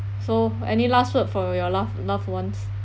so any last word for your loved loved ones